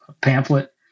pamphlet